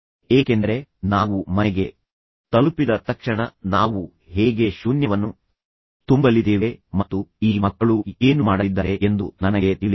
ಏಕೆಂದರೆ ನಾವು ಮನೆಗೆ ತಲುಪಿದ ತಕ್ಷಣ ನಾವು ಹೇಗೆ ಶೂನ್ಯವನ್ನು ತುಂಬಲಿದ್ದೇವೆ ಮತ್ತು ಈ ಮಕ್ಕಳು ಏನು ಮಾಡಲಿದ್ದಾರೆ ಎಂದು ನನಗೆ ತಿಳಿದಿಲ್ಲ